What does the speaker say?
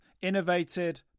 Innovated